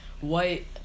White